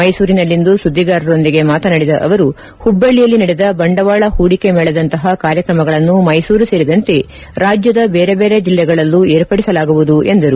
ಮೈಸೂರಿನಲ್ಲಿಂದು ಸುದ್ದಿಗಾರರೊಂದಿಗೆ ಮಾತನಾಡಿದ ಅವರು ಹುಬ್ಬಳ್ಳಿಯಲ್ಲಿ ನಡೆದ ಬಂಡವಾಳ ಹೂಡಿಕೆ ಮೇಳದಂತಹ ಕಾರ್ಯಕ್ರಮಗಳನ್ನು ಮೈಸೂರು ಸೇರಿದಂತೆ ರಾಜ್ಯದ ಬೇರೆ ಬೇರೆ ಜಿಲ್ಲೆಗಳಲ್ಲೂ ಏರ್ಪಡಿಸಲಾಗುವುದು ಎಂದರು